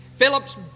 Phillips